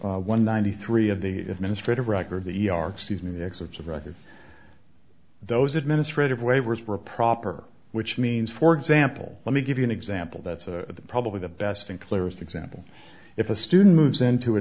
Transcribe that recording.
page one ninety three of the administrative record the yard excuse me the excerpts of record those administrative waivers for a proper which means for example let me give you an example that's a probably the best and clearest example if a student moves into a